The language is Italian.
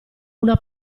una